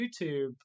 YouTube